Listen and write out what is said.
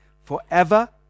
forever